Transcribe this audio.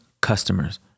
Customers